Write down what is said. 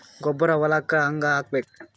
ಗೊಬ್ಬರ ಹೊಲಕ್ಕ ಹಂಗ್ ಹಾಕಬೇಕು?